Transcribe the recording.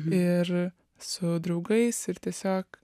ir su draugais ir tiesiog